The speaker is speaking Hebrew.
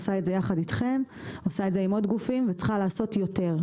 עושה את זה יחד איתכם היא עושה את זה עם עוד גופים וצריכה לעשות יותר,